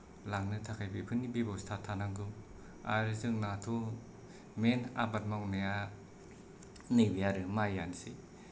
लांनो थाखाय बेफोरनि बेब'स्था थानांगौ आरो जोंनाथ' मेन आबाद मावनाया नैबे आरो माइयानोसै